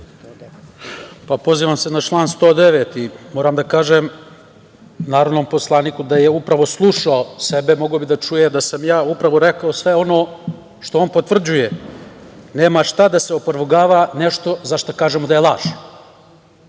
Pozivam se na član 109.Moram da kažem narodnom poslaniku da je upravo slušao sebe mogao bi da čuje da sam ja upravo rekao sve ono što on potvrđuje. Nema šta da se opovrgava nešto za šta kažemo da je laž.